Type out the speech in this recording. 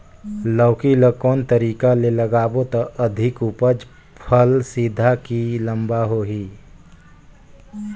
लौकी ल कौन तरीका ले लगाबो त अधिक उपज फल सीधा की लम्बा होही?